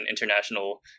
international